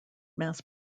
mass